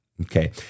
okay